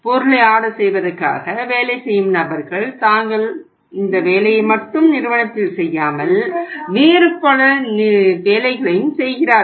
பொருளை ஆர்டர் செய்வதற்காக வேலை செய்யும் நபர்கள் தாங்கள் இந்த வேலையை மட்டும் நிறுவனத்தில் செய்யாமல் வேறு பல வேலைகளையும் செய்கிறார்கள்